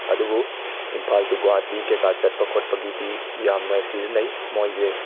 ꯑꯗꯨꯕꯨ ꯏꯝꯐꯥꯜ ꯇꯨ ꯒꯨꯍꯥꯇꯤ ꯀꯩꯀꯥ ꯆꯠꯄ ꯈꯣꯠꯄꯒꯤꯗꯤ ꯌꯥꯝꯅ ꯁꯤꯖꯤꯟꯅꯩ ꯃꯣꯏꯁꯦ